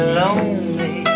lonely